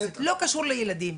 זה לא קשור לילדים.